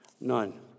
None